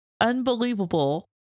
unbelievable